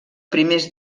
primers